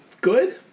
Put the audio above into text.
good